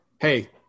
hey